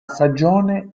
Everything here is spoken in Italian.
stagione